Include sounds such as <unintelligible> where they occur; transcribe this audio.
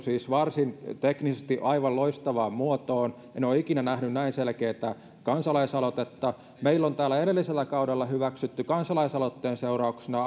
<unintelligible> siis laadittu teknisesti varsin loistavaan muotoon en ole ikinä nähnyt näin selkeätä kansalaisaloitetta meillä on täällä edellisellä kaudella hyväksytty kansalaisaloitteen seurauksena <unintelligible>